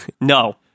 No